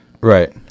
Right